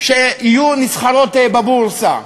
שיהיו נסחרות בבורסה,